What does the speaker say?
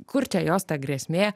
kur čia jos ta grėsmė